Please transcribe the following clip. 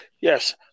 yes